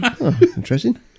interesting